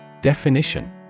Definition